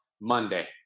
Monday